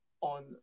on